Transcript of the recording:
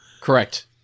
correct